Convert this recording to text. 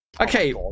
Okay